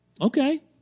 Okay